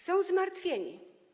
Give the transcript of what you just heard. Są zmartwieni.